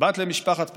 בת למשפחת פרוש,